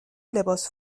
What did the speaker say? لباس